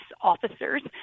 officers